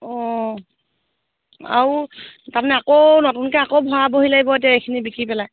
অঁ আৰু তাৰমানে আকৌ নতুনকৈ আকৌ ভৰাবহি লাগিব এতিয়া এইখিনি বিকি পেলাই